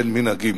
בין מנהגים.